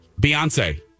Beyonce